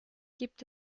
gibt